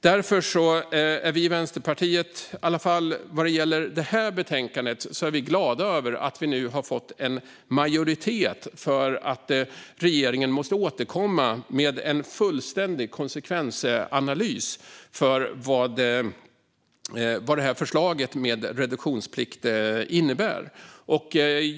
Därför är vi i Vänsterpartiet, i alla fall vad gäller detta betänkande, glada över att det nu finns en majoritet för att regeringen ska återkomma med en fullständig konsekvensanalys av vad förslaget med reduktionsplikt innebär.